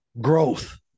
growth